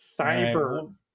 Cyber